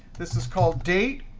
this is called date,